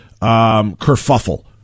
kerfuffle